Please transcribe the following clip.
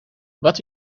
wat